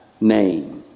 name